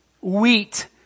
wheat